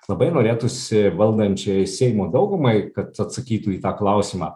labai norėtųsi valdančiajai seimo daugumai kad atsakytų į tą klausimą